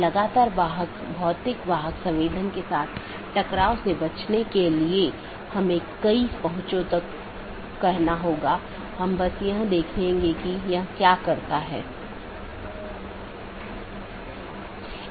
हमारे पास EBGP बाहरी BGP है जो कि ASes के बीच संचार करने के लिए इस्तेमाल करते हैं औरबी दूसरा IBGP जो कि AS के अन्दर संवाद करने के लिए है